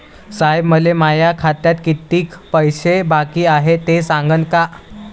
साहेब, मले माया खात्यात कितीक पैसे बाकी हाय, ते सांगान का?